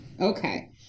Okay